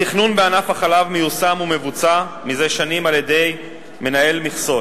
התכנון בענף החלב מיושם ומבוצע זה שנים על-ידי מנהל מכסות,